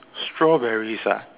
strawberries ah